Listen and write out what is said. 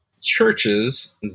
churches